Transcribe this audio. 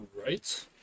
right